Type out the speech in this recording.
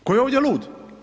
Tko je ovdje lud?